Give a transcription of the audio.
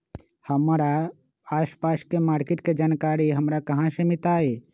हमर आसपास के मार्किट के जानकारी हमरा कहाँ से मिताई?